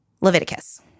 Leviticus